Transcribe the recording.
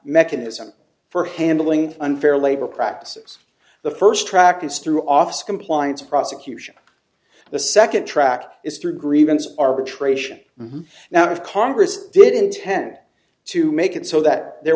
mechanism for handling unfair labor practices the first track is through office compliance prosecution the second track is through grievance arbitration now if congress didn't tend to make it so that there